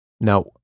Now